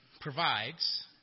provides